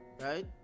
right